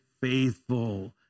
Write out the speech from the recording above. faithful